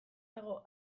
dago